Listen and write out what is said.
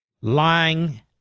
lying